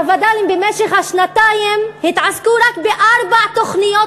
והווד"לים במשך השנתיים התעסקו רק בארבע תוכניות,